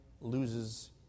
loses